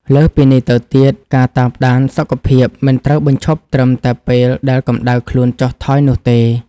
លើសពីនេះទៅទៀត ការតាមដានសុខភាពមិនត្រូវបញ្ឈប់ត្រឹមតែពេលដែលកម្ដៅខ្លួនចុះថយនោះទេ។